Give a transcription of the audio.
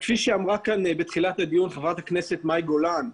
כפי שאמרה בתחילת הדיון חברת הכנסת מאי גולן,